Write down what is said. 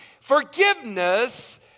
Forgiveness